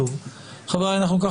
הישיבה ננעלה בשעה 14:40.